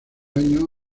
años